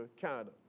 Canada